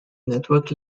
network